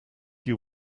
you